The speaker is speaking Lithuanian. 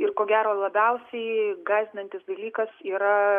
ir ko gero labiausiai gąsdinantis dalykas yra